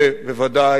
ובוודאי